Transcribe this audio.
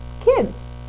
Kids